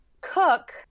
cook